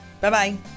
Bye-bye